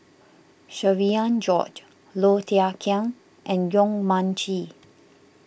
Cherian George Low Thia Khiang and Yong Mun Chee